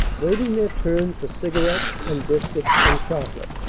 waiting their turn for cigarettes and biscuits and chocolate.